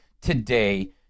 today